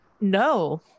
No